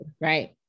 Right